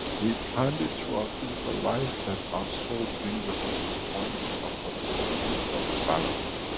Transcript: we planned it through our physical life that our soul brings us to this point of, what call, point of balance.